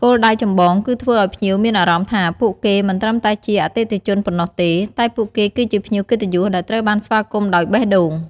គោលដៅចម្បងគឺធ្វើឲ្យភ្ញៀវមានអារម្មណ៍ថា ពួកគេមិនត្រឹមតែជាអតិថិជនប៉ុណ្ណោះទេ តែពួកគេគឺជាភ្ញៀវកិត្តិយសដែលត្រូវបានស្វាគមន៍ដោយបេះដូង។